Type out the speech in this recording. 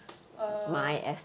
err